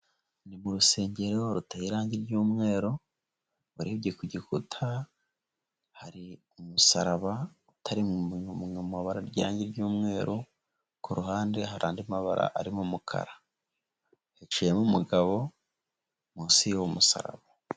Ni mu rusengero ruteye irangi ry'umweru. Urebye ku gikuta hari umusaraba utari mubara y'irange ry'umweru. Ku ruhande hari andi mabara arimo umukara. Hacayemo umugabo munsi y'uwo musaraba.